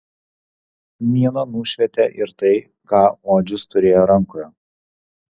mėnuo nušvietė ir tai ką odžius turėjo rankoje